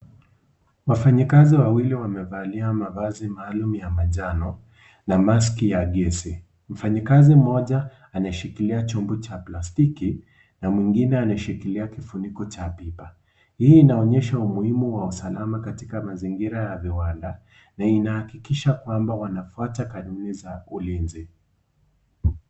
Wafanyikazi wawili wamevalia mavazi maalum ya manjano na maski ya gesi . Mfanyikazi mmoja anashikilia chombo cha plastiki na mwingine anashikilia kifuniko cha pipa . Hii inaonyesha umuhimu wa usalama katika mazingira ya viwanda na inahakikisha kwamba wanafuata kanuni za ulinzi.